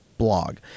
blog